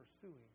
pursuing